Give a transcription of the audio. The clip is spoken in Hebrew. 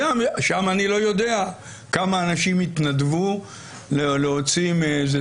אני לא יודע כמה אנשים התנדבו להוציא מאיזה